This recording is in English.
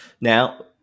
Now